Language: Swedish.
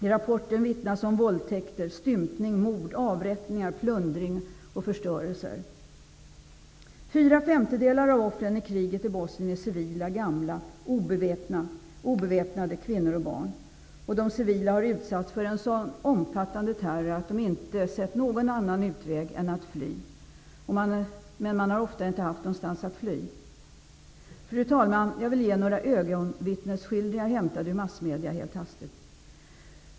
I rapporten vittnas om våldtäkter, stympning, mord, avrättningar, plundring och förstörelse. Fyra femtedelar av offren i kriget i Bosnien är civila, gamla, obeväpnade kvinnor och barn. De civila har utsatts för en så omfattande terror att de inte sett någon annan utväg än att fly, men de har ofta inte haft någonstans att fly. Fru talman! Jag vill ge några ögonvittnesskildringar hämtade ur massmedierna helt hastigt.